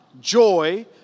joy